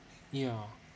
ya